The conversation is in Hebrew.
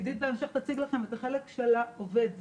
בהמשך עדית תציג את החלק של העובד,